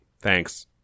thanks